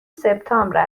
سپتامبر